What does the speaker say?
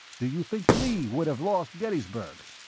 do you think lee would have lost gettysburg?